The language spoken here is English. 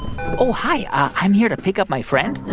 oh, hi. i'm here to pick up my friend